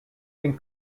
been